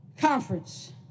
conference